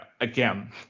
again